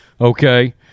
okay